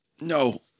No